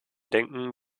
denken